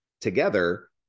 together